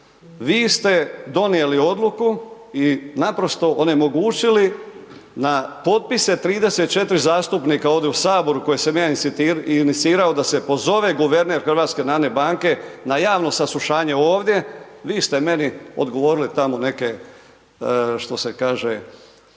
Vi ste donijeli odluku i naprosto onemogućili na potpise 34 zastupnika ovdje u saboru koje sam ja inicirao a se pozove guverner HNB-a na javno saslušanje ovdje, vi ste meni odgovorili one neke, što se kaže,